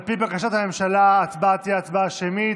על פי בקשת הממשלה, ההצבעה תהיה הצבעה שמית.